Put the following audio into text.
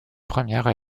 premières